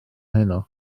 heno